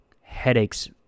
headaches